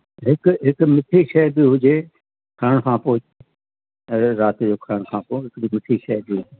हिकु हिकु मिठी शइ बि हुजे खाइण खां पोइ अड़े राति जे खाइण खां पोइ हिकिड़ी मिठी शइ बि हुजे